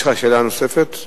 יש לך שאלה נוספת?